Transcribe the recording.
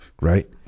right